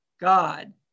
God